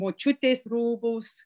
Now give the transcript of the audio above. močiutės rūbus